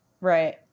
right